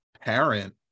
parent